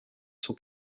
sont